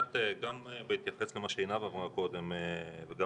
גם בהתייחס למה שעינב אמרה קודם וגם